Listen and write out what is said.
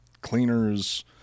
cleaners